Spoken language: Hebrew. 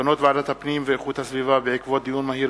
מסקנות ועדת הפנים והגנת הסביבה בעקבות דיון מהיר